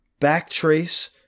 Backtrace